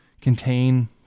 contain